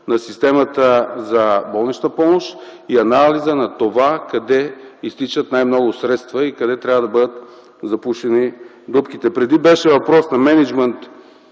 на системата за болнична помощ, както и анализа за това къде изтичат най-много средства и къде трябва да бъдат запушени дупките. Преди беше въпрос на мениджмънт